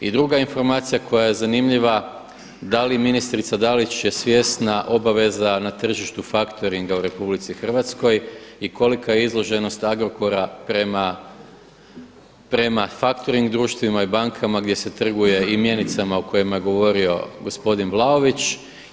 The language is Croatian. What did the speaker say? I druga informacija koja je zanimljiva, da li ministrica Dalić je svjesna obaveza na tržištu factoringa u Republici Hrvatskoj i kolika je izloženost Agrokora prema factoring društvima i bankama gdje se trguje i mjenicama o kojima je govorio gospodin Vlaović?